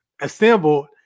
assembled